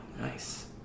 nice